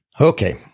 Okay